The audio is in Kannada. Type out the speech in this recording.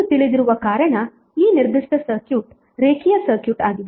ನೀವು ತಿಳಿದಿರುವ ಕಾರಣ ಈ ನಿರ್ದಿಷ್ಟ ಸರ್ಕ್ಯೂಟ್ ರೇಖೀಯ ಸರ್ಕ್ಯೂಟ್ ಆಗಿದೆ